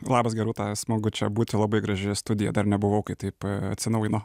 labas gerūta smagu čia būti labai graži studija dar nebuvau kai taip atsinaujino